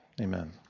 amen